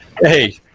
hey